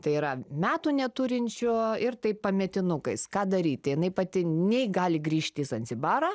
tai yra metų neturinčio ir tai pametinukais ką daryti jinai pati nei gali grįžti į zanzibarą